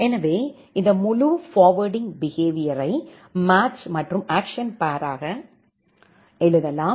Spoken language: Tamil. எனவே இந்த முழு ஃபார்வேர்ட்டிங் பிஹேவியரை மேட்ச் மற்றும் ஆஃக்சன் பேர்யாக எழுதலாம்